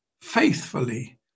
faithfully